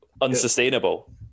Unsustainable